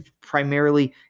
primarily